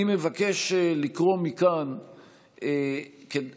אני מבקש לקרוא מכאן לכולנו,